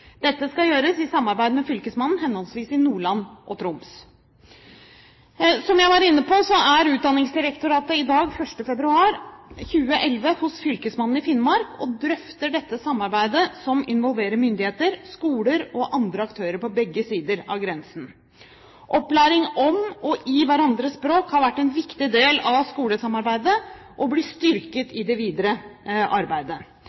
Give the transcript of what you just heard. Dette skal gjøres i samarbeid med Fylkesmannen i henholdsvis Nordland og Troms. Som jeg var inne på, er Utdanningsdirektoratet i dag, 1. februar 2011, hos fylkesmannen i Finnmark og drøfter dette samarbeidet som involverer myndigheter, skoler og andre aktører på begge sider av grensen. Opplæring om og i hverandres språk har vært en viktig del av skolesamarbeidet, og blir styrket i det videre arbeidet.